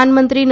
પ્રધાનમંત્રી